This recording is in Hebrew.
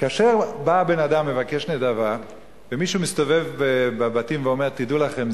כאשר בא בן-אדם ומבקש נדבה ומישהו מסתובב בבתים ואומר: תדעו לכם,